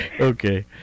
Okay